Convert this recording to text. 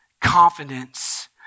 confidence